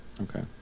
okay